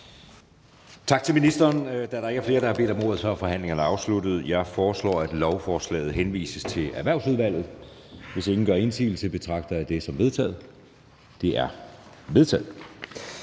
tak til ministeren. Da der ikke er flere, der har bedt om ordet, er forhandlingen sluttet. Jeg foreslår, at lovforslaget henvises til Transportudvalget, og hvis ingen gør indsigelse, betragter jeg dette som vedtaget. Det er vedtaget.